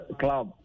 club